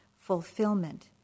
fulfillment